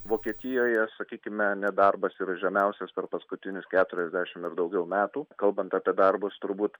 vokietijoje sakykime nedarbas yra žemiausias per paskutinius keturiasdešim ir daugiau metų kalbant apie darbus turbūt